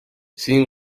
siin